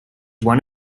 one